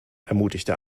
ermutigte